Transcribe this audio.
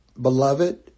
Beloved